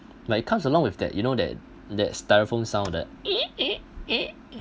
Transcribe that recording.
like it comes along with that you know that that styrofoam sounded eh eh eh